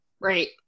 Right